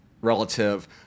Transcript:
relative